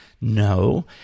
No